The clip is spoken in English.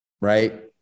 right